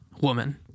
woman